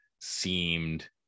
seemed